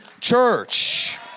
church